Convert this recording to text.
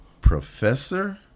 Professor